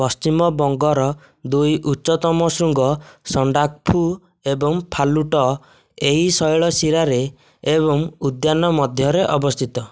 ପଶ୍ଚିମବଙ୍ଗର ଦୁଇ ଉଚ୍ଚତମ ଶୃଙ୍ଗ ସଣ୍ଡାକ୍ଫୁ ଏବଂ ଫାଲୁଟ ଏହି ଶୈଳଶିରାରେ ଏବଂ ଉଦ୍ୟାନ ମଧ୍ୟରେ ଅବସ୍ଥିତ